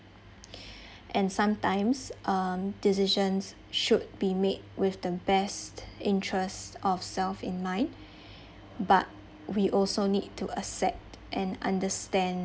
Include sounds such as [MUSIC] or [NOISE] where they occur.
[BREATH] and sometimes um decisions should be made with the best interest of self in mind [BREATH] but we also need to accept and understand